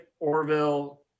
Orville